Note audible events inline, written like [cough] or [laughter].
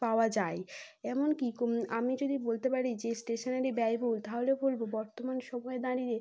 পাওয়া যায় এমনকি [unintelligible] আমি যদি বলতে পারি যে স্টেশনারি ব্যয়বহুল তাহলেও বলব বর্তমান সময়ে দাঁড়িয়ে